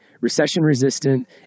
recession-resistant